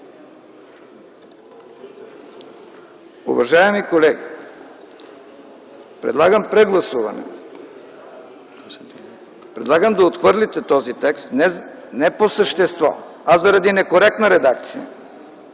Уважаеми колеги, предлагам прегласуване, предлагам да отхвърлите този текст не по същество, а заради некоректна редакция.